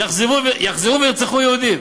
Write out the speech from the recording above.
יחזרו וירצחו יהודים.